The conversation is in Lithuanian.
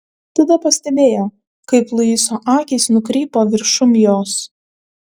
tada pastebėjo kaip luiso akys nukrypo viršum jos